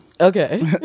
Okay